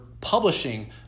publishing